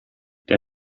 der